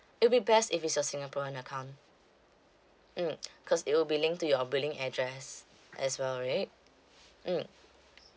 it'll be best if it's a singaporean account mmhmm because it'll be linked to your billing address as well right mmhmm